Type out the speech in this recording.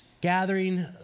gathering